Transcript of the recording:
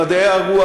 למדעי הרוח,